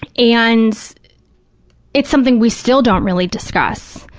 and it's something we still don't really discuss.